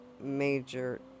major